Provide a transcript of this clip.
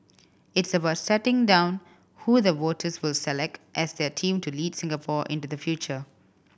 it's about setting down who the voters will select as their team to lead Singapore into the future